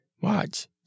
Watch